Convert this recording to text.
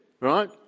right